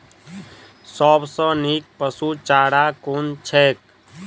सबसँ नीक पशुचारा कुन छैक?